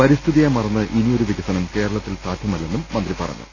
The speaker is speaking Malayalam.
പരിസ്ഥിതിയെ മറന്ന് ഇനിയൊരു വികസനം കേരളത്തിന് സാധ്യമല്ലെന്നും മന്ത്രി പറഞ്ഞു